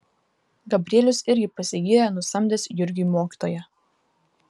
gabrielius irgi pasigyrė nusamdęs jurgiui mokytoją